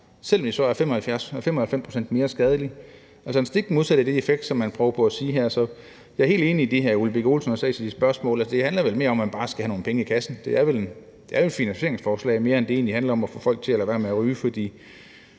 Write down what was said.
selv om det så er 95 pct. mere skadeligt – altså den stik modsatte effekt af det, som man prøver på her. Så jeg er helt enig i det, som hr. Ole Birk Olesen også sagde i forbindelse med sit spørgsmål, nemlig at det vel mere handler om, at man bare skal have nogle penge i kassen. Det er vel mere et finansieringsforslag, end det egentlig handler om at få folk til at lade være med at ryge, for